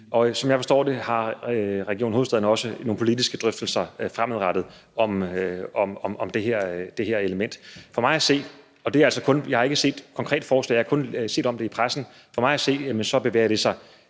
Og som jeg forstår det, har Region Hovedstaden også nogle politiske drøftelser fremadrettet om det her element. Jeg har ikke set det konkrete forslag, jeg har kun set det i pressen, men for mig at se bevæger det sig